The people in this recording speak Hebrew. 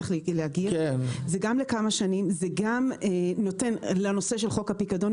וזה גם נותן לחוק הפיקדון.